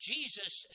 Jesus